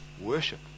Worship